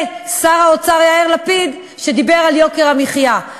זה שר האוצר יאיר לפיד שדיבר על יוקר המחיה.